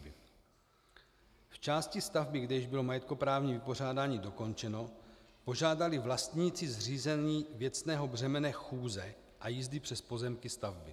V části stavby, kde již bylo majetkoprávní vypořádání dokončeno, požádali vlastníci o zřízení věcného břemene chůze a jízdy přes pozemky stavby.